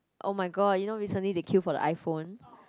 oh-my-god you know recently they queue for the iPhone